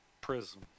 Prison